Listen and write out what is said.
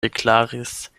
deklaris